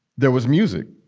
there was music.